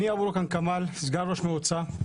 אני סגן ראש מועצה,